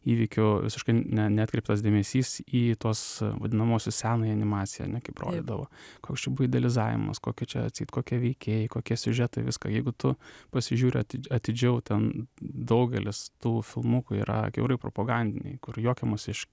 įvykių visiškai neatkreiptas dėmesys į tuos vadinamuosius senąją animaciją ane kaip rodydavo koks čia buvo idealizavimas kokie čia atseit kokie veikėjai kokie siužetai viską jeigu tu pasižiūri atidžiau ten daugelis tų filmukų yra kiaurai propagandiniai kur juokiamasi iš